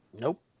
Nope